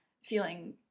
feeling